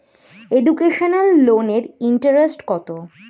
Educational লোনের interest কত?